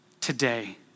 today